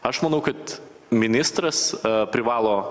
aš manau kad ministras privalo